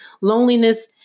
Loneliness